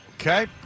Okay